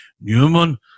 Newman